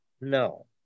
no